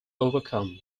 overcome